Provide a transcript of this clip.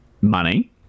money